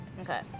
Okay